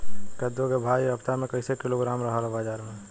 कद्दू के भाव इ हफ्ता मे कइसे किलोग्राम रहल ह बाज़ार मे?